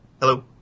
Hello